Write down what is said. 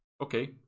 Okay